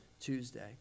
Tuesday